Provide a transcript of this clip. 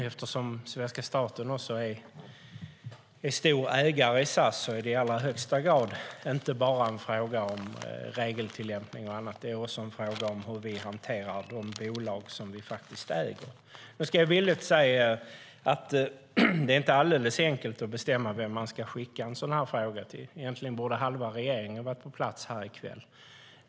Eftersom svenska staten är stor ägare i SAS är det inte bara en fråga om regeltillämpning och annat, utan det är också en fråga om hur vi hanterar de bolag vi äger. Nu ska jag villigt säga att det inte är alldeles enkelt att bestämma vem man ska ställa en sådan här fråga till. Egentligen borde halva regeringen ha varit på plats här i kväll.